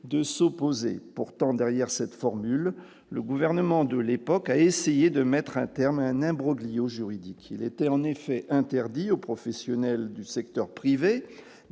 de s'opposer, pourtant derrière cette formule, le gouvernement de l'époque a essayé de mettre un terme à un imbroglio juridique, il était en effet interdit aux professionnels du secteur privé,